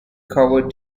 cover